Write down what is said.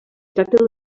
tracta